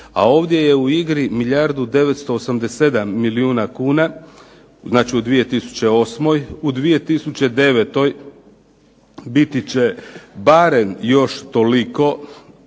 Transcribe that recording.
A ovdje je u igri milijardu 987 milijuna kuna, znači u 2008., u 2009. biti će barem još toliko,